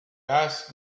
ask